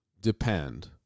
depend